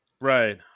Right